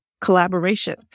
collaboration